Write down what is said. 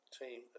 team